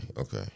Okay